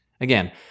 Again